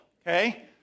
Okay